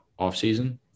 offseason